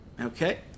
Okay